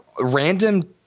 random